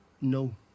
No